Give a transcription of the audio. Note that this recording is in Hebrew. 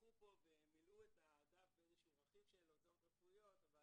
לקחו פה ומילאו את הדף באיזשהו רכיב של הוצאות רפואיות אבל